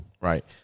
Right